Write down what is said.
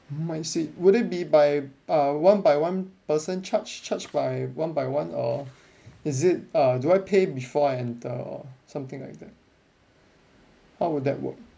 mm my seat would it be by uh one by one person charged charged by one by one or is it uh do I pay before I enter or something like that how would that work